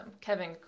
Kevin